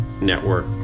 network